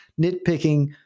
nitpicking